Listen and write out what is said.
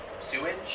sewage